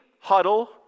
huddle